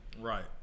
Right